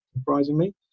surprisingly